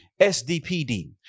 SDPD